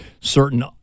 certain